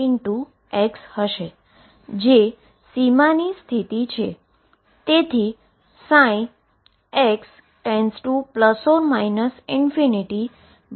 તેથી x→±∞0 આપમેળે સંતુષ્ટ થાય છે